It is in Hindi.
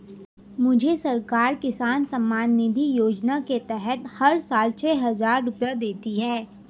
मुझे सरकार किसान सम्मान निधि योजना के तहत हर साल छह हज़ार रुपए देती है